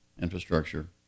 infrastructure